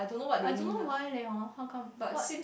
I don't know why leh hor how come what